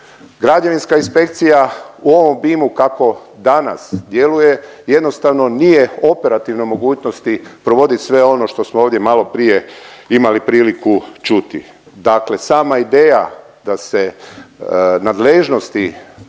Građevinska inspekcija u ovom obimu kako danas djeluje, jednostavno nije operativno u mogućnosti provodit sve ono što smo ovdje maloprije imali priliku čuti. Dakle sama ideja da se nadležnosti